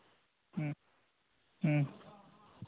ᱦᱩᱸ ᱦᱩᱸ